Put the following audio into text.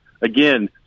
Again